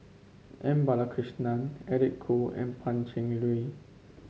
M Balakrishnan Eric Khoo and Pan Cheng Lui